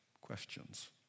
questions